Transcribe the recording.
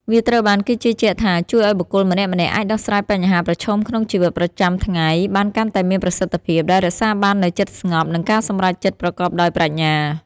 វាត្រូវបានគេជឿជាក់ថាជួយឲ្យបុគ្គលម្នាក់ៗអាចដោះស្រាយបញ្ហាប្រឈមក្នុងជីវិតប្រចាំថ្ងៃបានកាន់តែមានប្រសិទ្ធភាព ដោយរក្សាបាននូវចិត្តស្ងប់ និងការសម្រេចចិត្តប្រកបដោយប្រាជ្ញា។